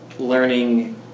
learning